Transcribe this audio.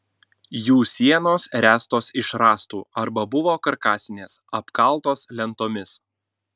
jų sienos ręstos iš rąstų arba buvo karkasinės apkaltos lentomis